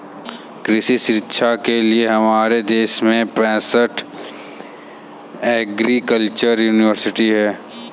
कृषि शिक्षा के लिए हमारे देश में पैसठ एग्रीकल्चर यूनिवर्सिटी हैं